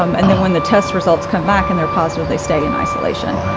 um and then when the test results come back, and they're positive, they stay in isolation.